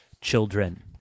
children